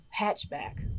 hatchback